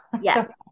Yes